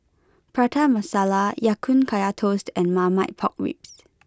Prata Masala Ya Kun Kaya Toast and Marmite Pork Ribs